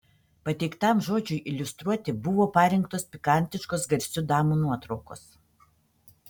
pateiktam žodžiui iliustruoti buvo parinktos pikantiškos garsių damų nuotraukos